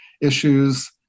issues